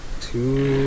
Two